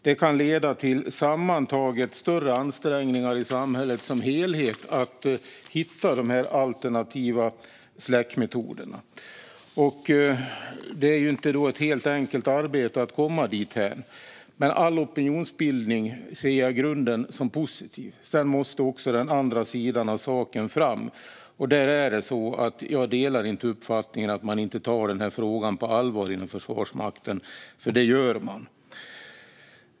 Det kan sammantaget leda till större ansträngningar i samhället som helhet för att hitta de alternativa släckmetoderna. Det är alltså inte ett helt enkelt arbete att komma dithän, men all opinionsbildning ser jag i grunden som positiv. Sedan måste även den andra sidan av saken fram, och där är det så att jag inte delar uppfattningen att man inte tar den här frågan på allvar inom Försvarsmakten. Det gör man nämligen.